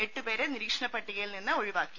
എട്ടുപേരെ നിരീക്ഷണപട്ടികയിൽ നിന്ന് ഒഴിവാക്കി